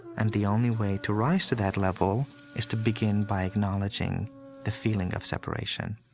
and the only way to rise to that level is to begin by acknowledging the feeling of separation.